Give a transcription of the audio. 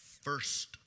first